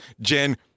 Jen